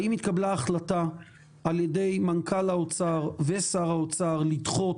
האם התקבלה החלטה על ידי מנכ"ל האוצר ושר האוצר לדחות